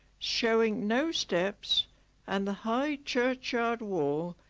showing no steps and the high churchyard wall.